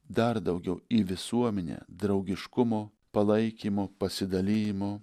dar daugiau į visuomenę draugiškumo palaikymo pasidalijimo